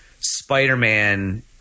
Spider-Man